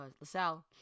LaSalle